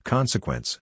Consequence